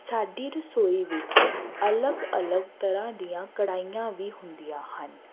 ਸਾਡੀ ਰਸੋਈ ਵਿੱਚ ਅਲੱਗ ਅਲੱਗ ਤਰ੍ਹਾਂ ਦੀਆਂ ਕੜਾਹੀਆਂ ਵੀ ਹੁੰਦੀਆਂ ਹਨ